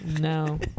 no